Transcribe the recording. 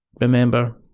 Remember